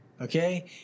okay